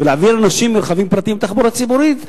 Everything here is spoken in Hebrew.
ולהעביר אנשים מרכבים פרטיים לתחבורה ציבורית,